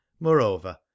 moreover